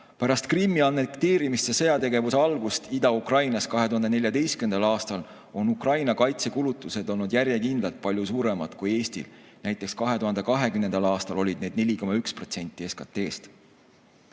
riik. Pärast Krimmi annekteerimist ja sõjategevuse algust Ida-Ukrainas 2014. aastal on Ukraina kaitsekulutused olnud järjekindlalt palju suuremad kui Eestil. Näiteks 2020. aastal olid need 4,1% SKT-st.